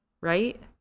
right